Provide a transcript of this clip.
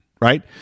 right